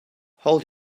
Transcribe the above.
hold